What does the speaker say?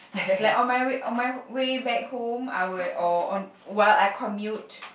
like on my way on my way back home I would oh on well I commute